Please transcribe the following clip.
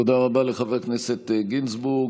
תודה רבה לחבר הכנסת גינזבורג.